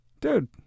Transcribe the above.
dude